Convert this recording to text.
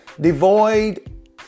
devoid